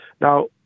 Now